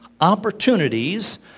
opportunities